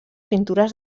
pintures